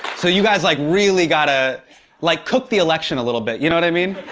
so, you guys, like, really gotta like, cook the election a little bit, you know what i mean?